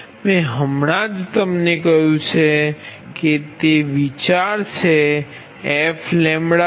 મેં હમણાં જ તમને કહ્યું છે કે તે વિચાર એ f છે